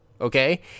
Okay